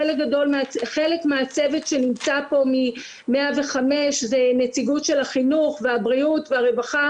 חלק מהצוות שנמצא פה מ-105 זה נציגות של החינוך והבריאות והרווחה.